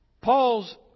Paul's